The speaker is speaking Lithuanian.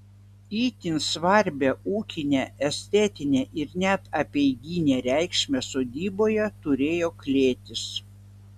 itin svarbią ūkinę estetinę ir net apeiginę reikšmę sodyboje turėjo klėtys